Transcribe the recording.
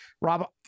Rob